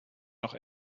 noch